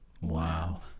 Wow